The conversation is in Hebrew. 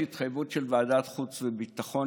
יש התחייבות של ועדת חוץ וביטחון,